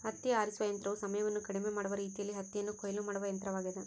ಹತ್ತಿ ಆರಿಸುವ ಯಂತ್ರವು ಸಮಯವನ್ನು ಕಡಿಮೆ ಮಾಡುವ ರೀತಿಯಲ್ಲಿ ಹತ್ತಿಯನ್ನು ಕೊಯ್ಲು ಮಾಡುವ ಯಂತ್ರವಾಗ್ಯದ